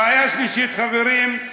בעיה שלישית, חברים,